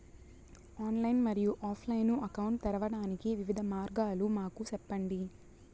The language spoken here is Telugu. ఆన్లైన్ మరియు ఆఫ్ లైను అకౌంట్ తెరవడానికి వివిధ మార్గాలు మాకు సెప్పండి?